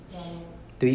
ya lor